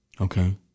Okay